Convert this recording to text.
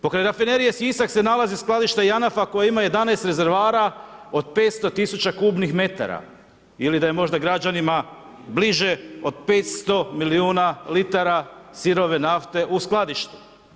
Pokraj Rafinerije Sisak se nalazi skladište JANAF-a koji ima 11 rezervoara od 500 tisuća kubnih metara ili da je možda građanima bliže od 500 milijuna litara sirove nafte u skladištu.